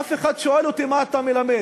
ואף אחד לא שואל אותי מה אתה מלמד,